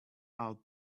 out